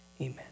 Amen